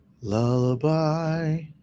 Lullaby